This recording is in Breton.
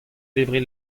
debriñ